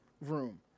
room